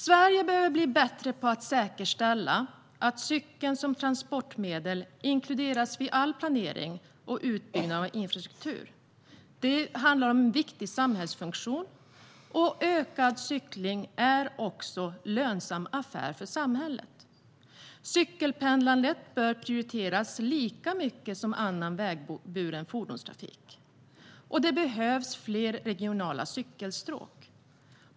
Sverige behöver bli bättre på att säkerställa att cykeln som transportmedel inkluderas vid all planering och utbyggnad av infrastruktur. Det handlar om en viktig samhällsfunktion. Ökad cykling är också en lönsam affär för samhället. Cykelpendlandet bör prioriteras lika mycket som annan vägburen fordonstrafik, och det behövs fler regionala cykelstråk.